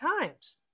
times